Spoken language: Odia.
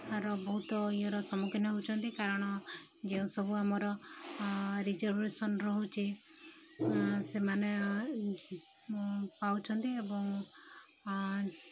ତା'ର ବହୁତ ଇଏର ସମ୍ମୁଖୀନ ହେଉଛନ୍ତି କାରଣ ଯେଉଁସବୁ ଆମର ରିଜର୍ଭ୍ବେସନ୍ ରହୁଛି ସେମାନେ ପାଉଛନ୍ତି ଏବଂ